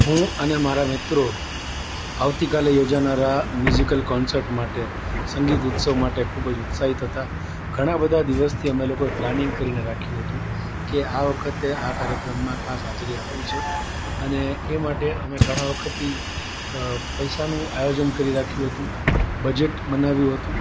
હું અને મારા મિત્રો આવતી કાલે યોજાનારા મ્યૂઝિકલ કોન્સર્ટ માટે સંગીત ઉત્સવ માટે ખૂબ જ ઉત્સાહિત હતા ઘણા બધા દિવસથી અમે લોકોએ પ્લાનિંંગ કરીને રાખ્યું હતું કે આ વખતે આ કાર્યક્રમમાં ખાસ હાજરી આપવી છે અને એ માટે અમે ઘણા વખતથી પૈસાનું આયોજન કરી રાખ્યું હતું બજેટ બનાવ્યું હતું